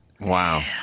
Wow